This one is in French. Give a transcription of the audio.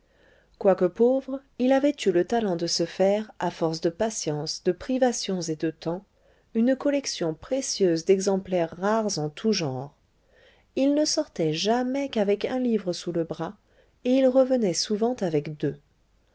quoique pauvre il avait eu le talent de se faire à force de patience de privations et de temps une collection précieuse d'exemplaires rares en tous genres il ne sortait jamais qu'avec un livre sous le bras et il revenait souvent avec deux